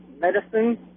medicine